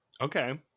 Okay